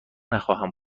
نخواهم